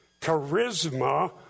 charisma